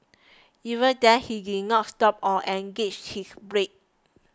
even then he did not stop or engaged his brake